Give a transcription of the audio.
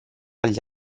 agli